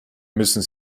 müssen